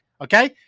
Okay